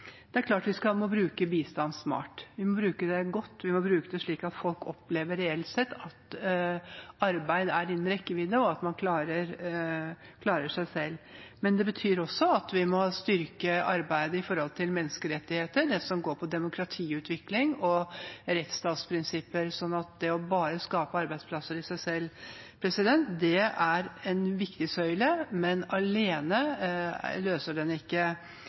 Det er klart at vi må bruke bistand smart. Vi må bruke den godt, vi må bruke den slik at folk reelt sett opplever at arbeid er innen rekkevidde, og at man klarer seg selv. Men det betyr også at vi må styrke arbeidet med menneskerettigheter, det som handler om demokratiutvikling og rettsstatsprinsipper. Så det å skape arbeidsplasser er i seg selv en viktig søyle, men alene løser det ikke